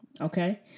Okay